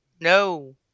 No